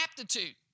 aptitude